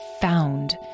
found